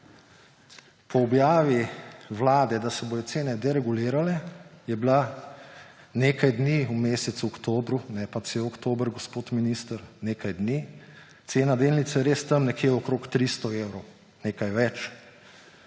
Po objavi vlade, da se bodo cene deregulirale, je bila nekaj dni v mesecu oktobru, ne pa cel oktober, gospod minister, nekaj dni, cena delnice res tam okrog 300 evrov, nekaj več,